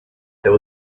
there